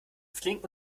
flink